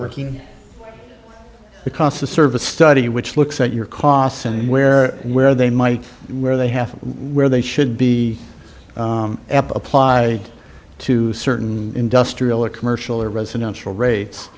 working the cost of service study which looks at your costs anywhere where they might where they have where they should be applied to certain industrial a commercial or residential rates